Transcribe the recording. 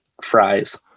fries